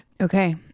Okay